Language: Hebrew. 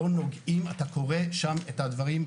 אתה קורא שם את הדברים,